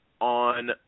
on